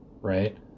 Right